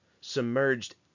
submerged